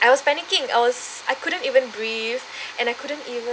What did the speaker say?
I was panicking I was I couldn't even breathe and I couldn't even